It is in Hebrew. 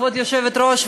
כבוד היושבת-ראש,